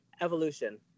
evolution